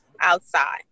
outside